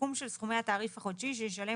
סיכום של סכומי התעריף החודשי שישלם